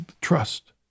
trust